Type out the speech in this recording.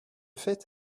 fait